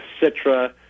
Citra